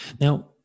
Now